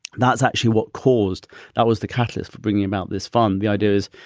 that's actually what caused that was the catalyst for bringing about this fund. the idea is,